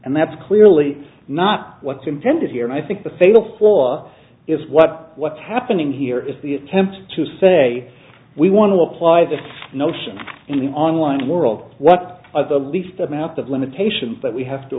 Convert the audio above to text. and that's clearly not what's intended here and i think the fatal flaw is what what's happening here is the attempt to say we want to apply this notion in the online world what are the least amount of limitations that we have to